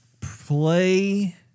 Play